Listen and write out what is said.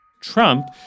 Trump